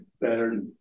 better